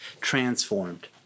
transformed